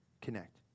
connect